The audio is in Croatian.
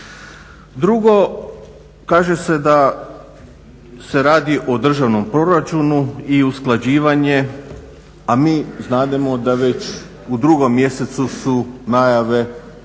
Drugo, kaže se da se radi o državnom proračunu i usklađivanje a mi znademo da već u 2. mjesecu su najave oko